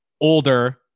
older